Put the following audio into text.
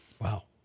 Wow